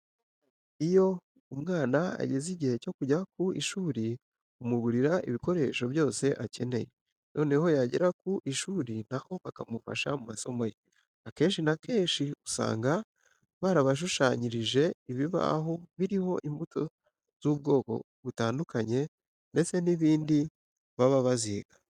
Iyo umwana ageze igihe cyo kujya ku ishuri umugurira ibikoresho byose akeneye, noneho yagera ku ishuri na ho bakamufasha mu masomo ye. Akenshi na kenshi usanga barabashushanyirije ibibaho biriho imbuto z'ubwoko butandukanye ndetse n'ibindi baba baziga.